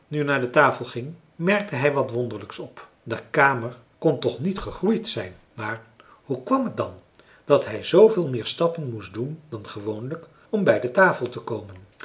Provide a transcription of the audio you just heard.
nu naar de tafel ging merkte hij wat wonderlijks op de kamer kon toch niet gegroeid zijn maar hoe kwam het dan dat hij zooveel meer stappen moest doen dan gewoonlijk om bij de tafel te komen